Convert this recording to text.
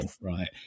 right